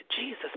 Jesus